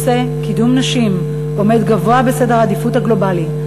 נושא קידום נשים עומד גבוה בסדר העדיפות הגלובלי,